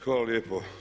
Hvala lijepo.